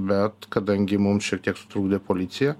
bet kadangi mums šiek tiek sutrukdė policija